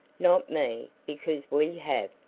not me, because we have!